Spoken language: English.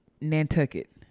Nantucket